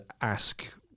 ask